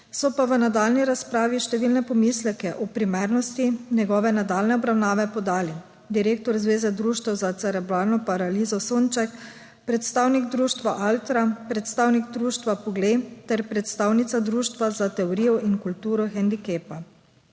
So pa v nadaljnji razpravi številne pomisleke o primernosti njegove nadaljnje obravnave podali direktor Zveze društev za cerebralno paralizo Sonček, predstavnik društva Altra, predstavnik društva Poglej ter predstavnica Društva za teorijo in kulturo hendikepa.